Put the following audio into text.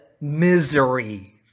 misery